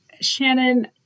Shannon